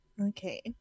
okay